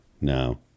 No